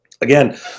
again